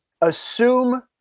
assume